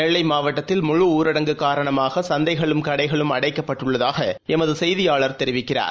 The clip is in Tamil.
நெல்லைமாவட்டத்தில் முழுஊரடங்கு காரணமாக சந்தைகளும் கடைகளும் அடைக்கப்பட்டுள்ளதாகஎமதுசெய்தியாளர் தெரிவிக்கிறார்